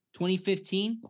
2015